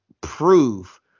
prove